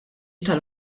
tal